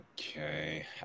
Okay